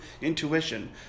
intuition